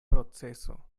proceso